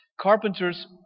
Carpenters